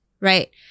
right